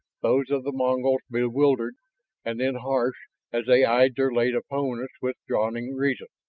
those of the mongols bewildered and then harsh as they eyed their late opponents with dawning reason.